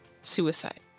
suicide